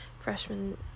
freshman